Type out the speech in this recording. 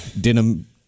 Denim